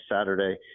Saturday